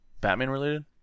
Batman-related